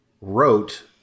wrote